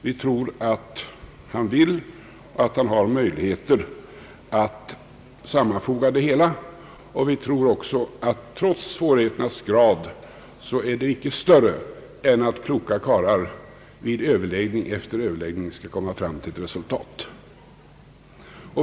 Vi tror att han vill och att han har möjligheter att sammanfoga det hela, och vi tror också att svårigheterna inte skall vara större än att kloka karlar vid överläggning efter överläggning skall kunna komma fram till ett resultat.